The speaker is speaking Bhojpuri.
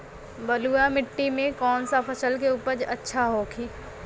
बलुआ मिट्टी में कौन सा फसल के उपज अच्छा होखी?